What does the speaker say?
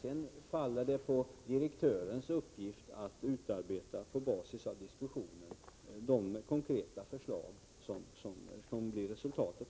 Sedan blir det direktörens uppgift att på basis av diskussionen utarbeta de konkreta förslag som blir resultatet.